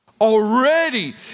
already